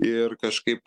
ir kažkaip